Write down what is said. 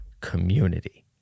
community